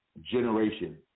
generation